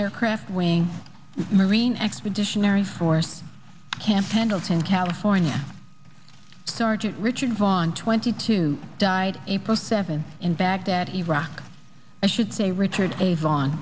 aircraft wing marine expeditionary force camp pendleton california sergeant richard vaughn twenty two died april seventh in baghdad iraq i should say richard avon